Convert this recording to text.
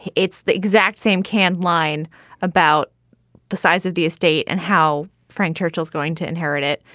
it's the exact same can line about the size of the estate and how frank churchill is going to inherit it.